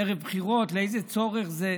ערב בחירות, לאיזה צורך זה.